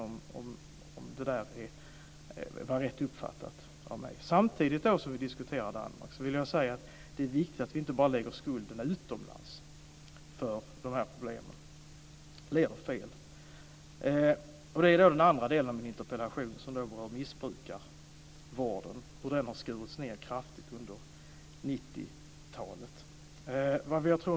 Är det rätt uppfattat av mig? Det är också viktigt att vi inte bara lägger ansvaret utomlands för dessa problem. Det leder fel. Andra delen av min interpellation berör missbrukarvården. Den har skurits ned kraftigt under 90-talet.